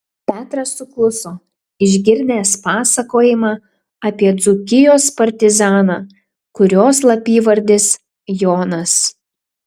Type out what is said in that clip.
petras sukluso išgirdęs pasakojimą apie dzūkijos partizaną kurio slapyvardis jonas